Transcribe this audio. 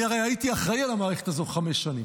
אני הרי הייתי על המערכת הזאת חמש שנים.